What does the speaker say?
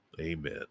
Amen